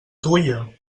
tuia